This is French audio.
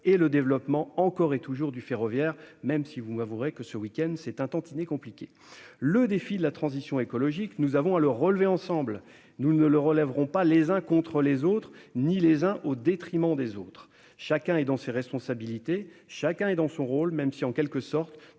le développement du ferroviaire- ce week-end, je dois avouer que c'est un peu compliqué ... Ce défi de la transition écologique, nous avons à le relever ensemble. Nous ne le relèverons pas les uns contre les autres, ni les uns au détriment des autres. Chacun est dans ses responsabilités, chacun est dans son rôle, même si, en quelque sorte,